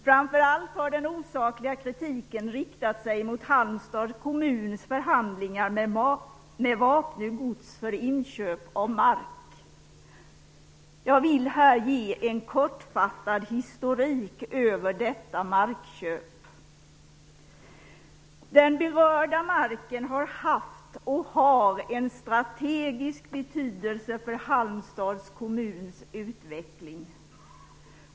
Framför allt har den osakliga kritiken riktat sig mot Halmstads kommuns förhandlingar med Vapnö gods om inköp av mark. Jag vill här ge en kortfattad historik över detta markköp. Den berörda marken har haft, och har, en strategisk betydelse för Halmstads kommuns utveckling.